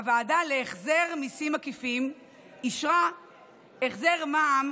הוועדה להחזר מיסים עקיפים אישרה החזר מע"מ